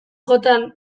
jota